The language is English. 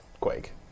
Quake